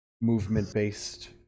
movement-based